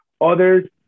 others